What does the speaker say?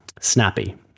Snappy